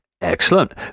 Excellent